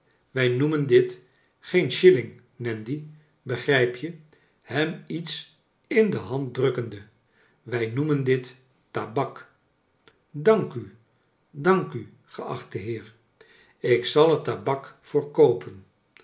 wij noemen dit geen shilling nandy begrijp je hem iets in de hand drukkende wij noemen dit tabak dank u dank n geachte heer ik zal er tabak voor koopen